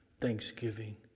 Thanksgiving